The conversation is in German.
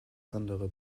andere